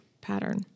pattern